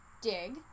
Dig